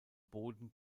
boden